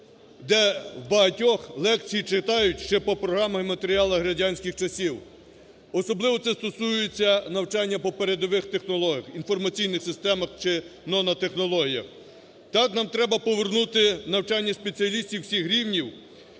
де в багатьох лекції читають ще по програмах і матеріалах радянських часів. Особливо це стосується навчання по передових технологіях, інформаційних системах чи нанотехнологіях. Так, нам треба повернути навчання спеціалістів всіх рівні,